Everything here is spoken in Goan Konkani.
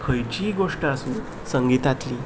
खंयचीय गोश्ट आसूं संगितांतली